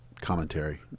commentary